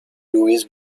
louise